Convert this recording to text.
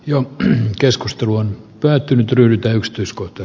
jo nyt keskustelu on päättynyt rytä ykstyskohta